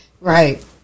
Right